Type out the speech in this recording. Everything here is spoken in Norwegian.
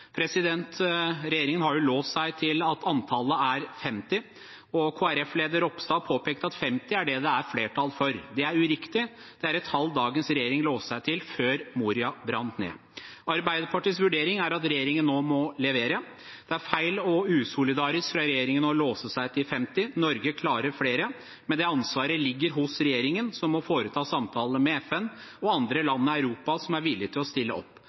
Regjeringen har låst seg til at antallet er 50, og Kristelig Folkeparti-leder Ropstad har påpekt at 50 er det det er flertall for. Det er uriktig. Det er et tall dagens regjering låste seg til før Moria brant ned. Arbeiderpartiets vurdering er at regjeringen nå må levere. Det er feil og usolidarisk av regjeringen å låse seg til 50. Norge klarer flere, men det ansvaret ligger hos regjeringen, som må foreta samtaler med FN og andre land i Europa som er villige til å stille opp.